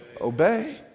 Obey